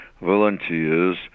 volunteers